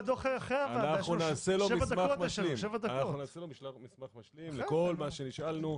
אנחנו נעשה לו מסמך משלים על כל מה שנשאלנו,